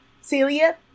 celia